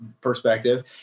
perspective